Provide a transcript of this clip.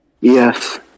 Yes